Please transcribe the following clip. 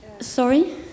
Sorry